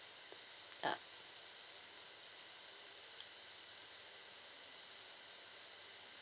uh